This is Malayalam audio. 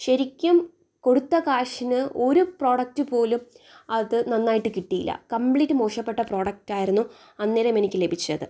ശരിക്കും കൊടുത്ത കാശിന് ഒരു പ്രോഡക്ട് പോലും അത് നന്നായിട്ട് കിട്ടിയില്ല കംപ്ലീറ്റ് മോശപ്പെട്ട പ്രോഡക്ടായിരുന്നു അന്നേരം എനിക്ക് ലഭിച്ചത്